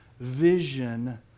vision